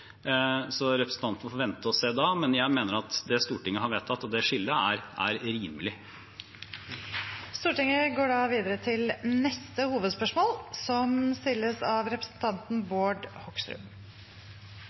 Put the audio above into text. Så representanten får vente og se til da, men jeg mener at det Stortinget har vedtatt, og det skillet, er rimelig. Vi går videre til neste hovedspørsmål.